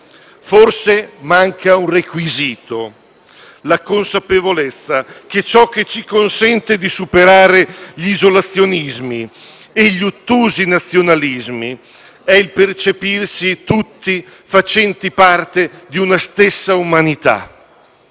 Forse manca un requisito: la consapevolezza che ciò che ci consente di superare gli isolazionismi e gli ottusi nazionalismi è il percepirsi tutti facenti parte di una stessa umanità